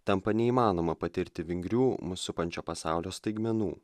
tampa neįmanoma patirti vingrių mus supančio pasaulio staigmenų